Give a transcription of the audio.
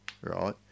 right